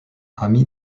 ami